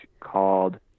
called